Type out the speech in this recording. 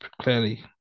clearly